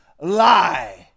lie